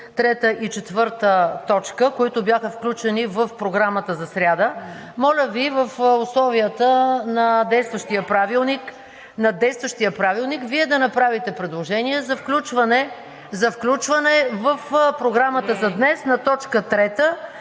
трета и четвърта точка, които бяха включени в Програмата за сряда, моля Ви в условията на действащия Правилник да направите предложение за включване в Програмата за днес на точка трета